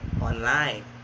online